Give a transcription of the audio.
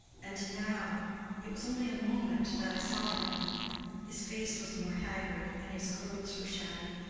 and now it was only a moment that i saw him his face was more haggard, and his clothes were shabby.